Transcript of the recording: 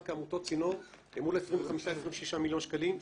כעמותות צינור אל מול 26-25 מיליון שקלים,